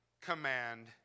command